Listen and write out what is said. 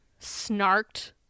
snarked